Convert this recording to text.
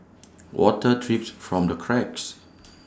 water drips from the cracks